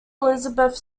elizabeth